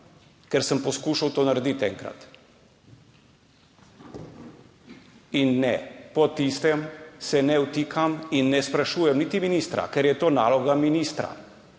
ker sem poskušal to narediti enkrat. In ne, po tistem, se ne vtikam in ne sprašujem niti ministra, ker je to naloga ministra.